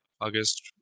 August